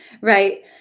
right